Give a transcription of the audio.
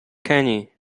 kenny